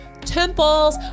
temples